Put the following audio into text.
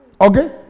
Okay